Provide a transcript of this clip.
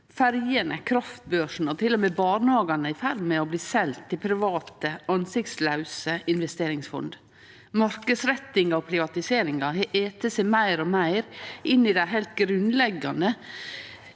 Ferjene, kraftbørsen og til og med barnehagane er i ferd med å bli selde til private ansiktslause investeringsfond. Marknadsrettinga og privatiseringa har ete seg meir og meir inn i dei heilt grunnleggjande